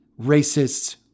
racists